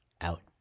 out